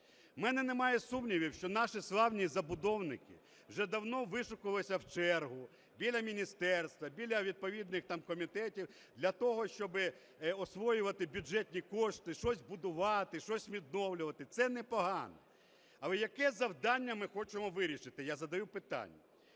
У мене немає сумнівів, що наші славні забудовники вже давно вишукувалися в чергу біля міністерства, біля відповідних комітетів для того, щоб освоювати бюджетні кошти, щось будувати, щось відновлювати. Це не погано. Але яке завдання ми хочемо вирішити – я задаю питання.